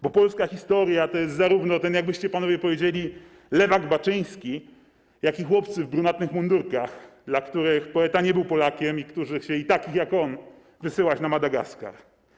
Bo polska historia to jest zarówno ten, jakbyście panowie powiedzieli, lewak Baczyński, jak i chłopcy w brunatnych mundurkach, dla których poeta nie był Polakiem i którzy chcieli takich jak on wysyłać na Madagaskar.